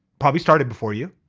probably started before you,